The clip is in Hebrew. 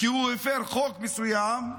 כי הוא הפר חוק מסוים.